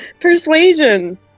Persuasion